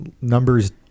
numbers